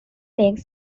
lake